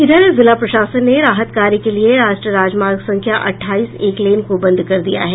इधर जिला प्रशासन ने राहत कार्य के लिए राष्ट्रीय राजमार्ग संख्या अठाईस एक लेन को बंद कर दिया है